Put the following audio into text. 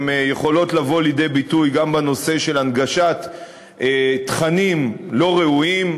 יכולות לבוא לידי ביטוי גם בנושא של הנגשת תכנים לא ראויים,